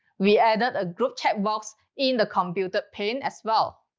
we added a group chat box in the computer pane as well.